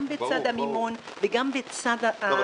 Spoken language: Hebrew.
גם בצד המימון וגם בצד -- ברור,